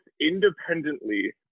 independently